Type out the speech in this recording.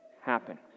happen